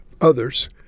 others